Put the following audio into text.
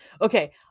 Okay